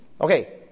okay